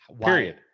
period